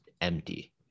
empty